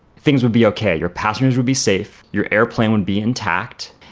things would be okay. your passengers would be safe, your aeroplane would be intact,